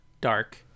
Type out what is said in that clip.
dark